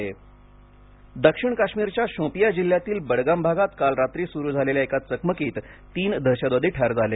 काश्मीर दक्षिण काश्मीरच्या शोपियाँ जिल्ह्यातील बडगाम भागात काल रात्री सुरु झालेल्या एका चकमकीत तीन दहशतवादी ठार झाले